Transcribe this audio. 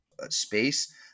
space